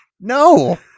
No